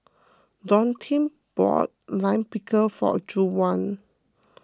Dontae bought Lime Pickle for Juwan